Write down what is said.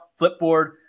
Flipboard